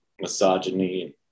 misogyny